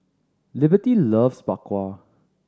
Liberty loves Bak Kwa